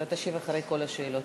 אתה תשיב אחרי כל השאלות.